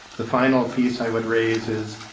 the final piece i would raises